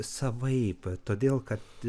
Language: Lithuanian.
savaip todėl kad